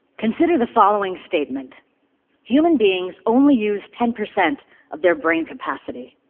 consider the following statement human beings only use ten percent of their brain capacity.